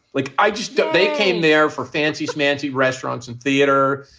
like, i just. they came there for fancy, fancy restaurants and theater.